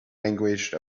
language